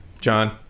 John